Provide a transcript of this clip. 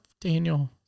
Daniel